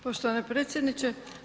Poštovani predsjedniče.